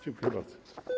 Dziękuję bardzo.